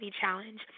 challenge